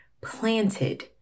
planted